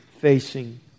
facing